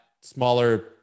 smaller